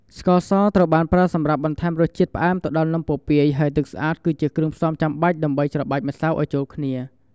ស្ករស ត្រូវបានប្រើសម្រាប់បន្ថែមរសជាតិផ្អែមទៅដល់នំពពាយ ហើយទឹកស្អាត គឺជាគ្រឿងផ្សំចាំបាច់ដើម្បីច្របាច់ម្សៅឲ្យចូលគ្នា។